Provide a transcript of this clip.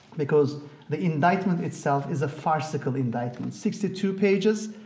because the indictment itself is a farcical indictment. sixty two pages,